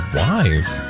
wise